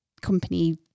company